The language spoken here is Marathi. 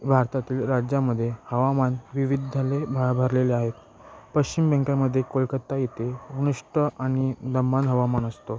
भारतातील राज्यामध्ये हवामान विविद्धालय भा भरलेले आहेत पश्चिम बंगालमध्ये कोलकत्ता इथे उनिष्ठ आणि लम्मान हवामान असतो